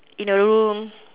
in a room